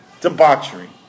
debauchery